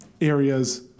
areas